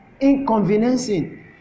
inconveniencing